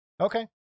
Okay